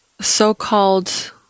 so-called